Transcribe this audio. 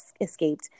escaped